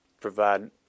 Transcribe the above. provide